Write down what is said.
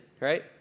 right